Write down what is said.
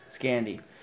scandy